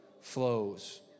flows